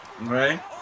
Right